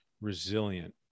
Resilient